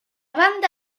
banda